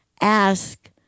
ask